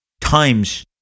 times